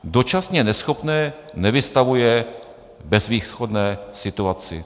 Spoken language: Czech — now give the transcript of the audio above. Dočasně neschopné nevystavuje bezvýchodné situaci.